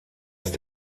ist